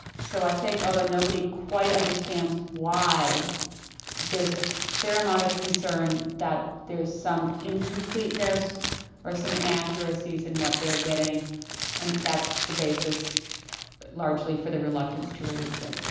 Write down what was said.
so i think although nobody quite understands why there's a fair amount of concern that there's some incompleteness or some inaccuracies in what they are getting and that's the basis largely for the reluctance to release it.